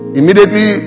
immediately